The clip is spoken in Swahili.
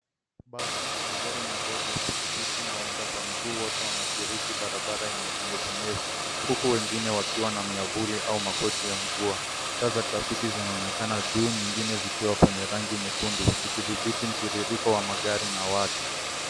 Basi, magari madogo, pikipiki na waenda kwa miguu wote wanashiriki barabara enye unyevunyevu huku wengine wakiwa na miavuli au makoti ya mvua. Taa za trafiki zinaonekana juu nyingine zikiwa kwenye rangi nyekundu zikidhibiti mtiririko wa magari na watu.